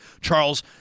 Charles